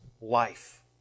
life